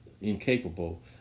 incapable